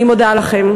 אני מודה לכם.